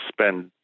spend